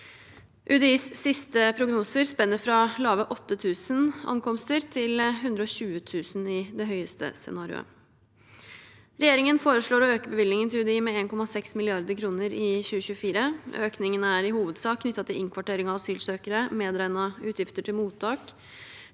UDIs siste prognoser spenner fra lave 8 000 ankomster til 120 000 i scenarioet med høyest tall. Regjeringen foreslår å øke bevilgningen til UDI med 1,6 mrd. kr i 2024. Økningen er i hovedsak knyttet til innkvartering av asylsøkere, medregnet utgifter til mottak,